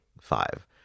five